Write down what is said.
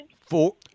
Four